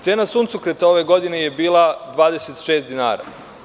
Cena suncokreta ove godine je bila 26 dinara.